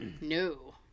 No